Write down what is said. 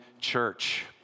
church